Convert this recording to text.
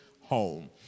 home